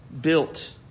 built